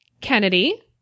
Kennedy